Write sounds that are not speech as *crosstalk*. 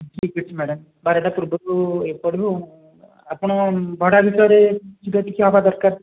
ହଁ ଠିକ୍ ଅଛି ମ୍ୟାଡ଼ମ୍ ବାରଟା ପୂର୍ବରୁ ଏପଟେ ବି *unintelligible* ଆପଣ ଭଡ଼ା ଭିତରେ ଯିବା କିଛି ହେବା ଦରକାର